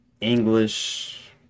English